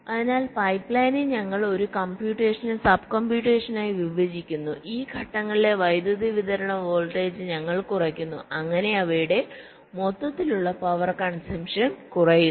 അതിനാൽ പൈപ്പ്ലൈനിൽ ഞങ്ങൾ ഒരു ഒരു കംപ്യൂട്ടേഷനെ സബ് കമ്പ്യൂട്ടേഷനായി വിഭജിക്കുന്നു ഈ ഘട്ടങ്ങളിലെ വൈദ്യുതി വിതരണ വോൾട്ടേജ് ഞങ്ങൾ കുറയ്ക്കുന്നു അങ്ങനെ അവയുടെ മൊത്തത്തിലുള്ള പവർ കൺസംപ്ഷൻ കുറയ്ക്കുന്നു